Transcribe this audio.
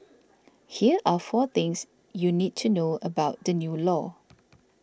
here are four things you need to know about the new law